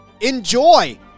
enjoy